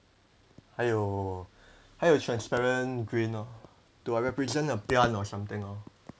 还有还有 transparent green lor to represent a plant or something lor